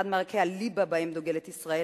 אחד מערכי הליבה שבהם דוגלת ישראל,